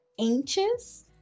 anxious